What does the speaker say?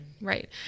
right